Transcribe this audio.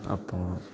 അപ്പോൾ